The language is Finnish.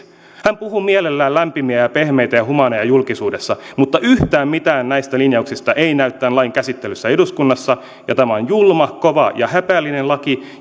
hän puhuu mielellään lämpimiä ja ja pehmeitä ja humaaneja julkisuudessa mutta yhtään mitään näistä linjauksista ei näy tämän lain käsittelyssä eduskunnassa tämä on julma kova ja häpeällinen laki